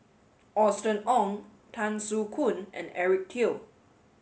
Austen Ong Tan Soo Khoon and Eric Teo